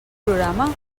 programa